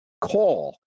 call